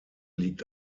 liegt